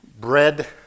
bread